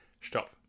Stop